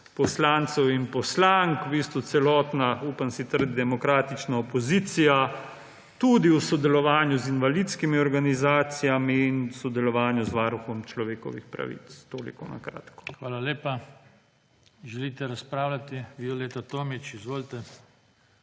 poslancev in poslank, v bistvu celotna, upam si trditi, demokratična opozicija, tudi v sodelovanju z invalidskimi organizacijami in v sodelovanju z Varuhom človekovih pravic. Toliko na kratko. **PODPREDSEDNIK JOŽE TANKO:** Hvala lepa. Želite razpravljati? Violeta Tomić, izvolite.